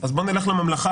אז בוא נלך לממלכה,